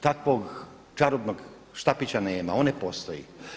Takvog čarobnog štapića nema, on ne postoji.